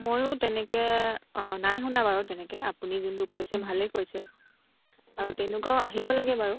ময়ো তেনেকে নাই শুনা বাৰু তেনেকে আপুনি যোনটো কৈছে ভালেই কৈছে আৰু তেনেকুৱাও আহিব লাগে বাৰু